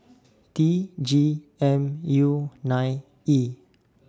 T G M U nine E